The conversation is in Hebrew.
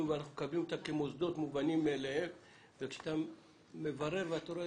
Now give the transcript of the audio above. מקבלים אותם כמוסדות מובנים מאליהם וכשאתה מברר אתה רואה